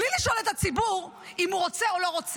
בלי לשאול את הציבור אם הוא רוצה או לא רוצה.